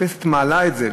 הכנסת מעלה את זה.